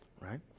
right